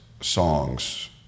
songs